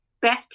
better